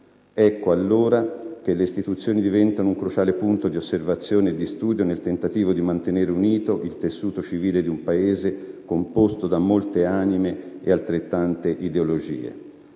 Ecco, allora, che le istituzioni diventano un cruciale punto di osservazione e dì studio nel tentativo di mantenere unito il tessuto civile di un Paese composto da molte anime e altrettante ideologie.